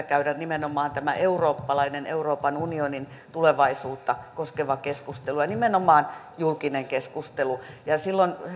käydä nimenomaan eurooppalainen euroopan unionin tulevaisuutta koskeva keskustelu ja nimenomaan julkinen keskustelu silloin